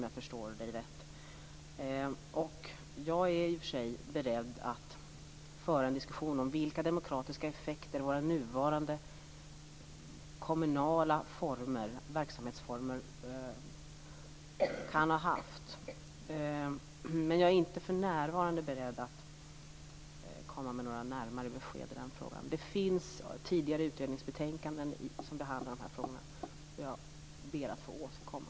Jag är i och för sig beredd att föra en diskussion om vilka demokratiska effekter våra nuvarande kommunala verksamhetsformer kan ha haft. Men jag är inte för närvarande beredd att komma med några närmare besked i den frågan. Det finns tidigare utredningsbetänkanden som behandlar de här frågorna. Jag ber att få återkomma.